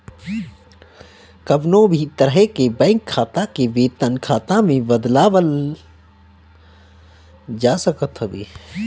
कवनो भी तरह के बैंक खाता के वेतन खाता में बदलवावल जा सकत हवे